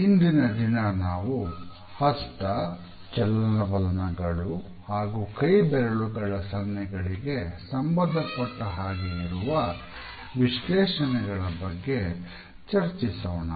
ಇಂದಿನ ದಿನ ನಾವು ಹಸ್ತ ಚಲನವಲನಗಳು ಹಾಗೂ ಕೈಬೆರಳುಗಳ ಸನ್ನೆಗಳಿಗೆ ಸಂಬಂಧಪಟ್ಟ ಹಾಗೆ ಇರುವ ವಿಶ್ಲೇಷಣೆಗಳ ಬಗ್ಗೆ ಚರ್ಚಿಸೋಣ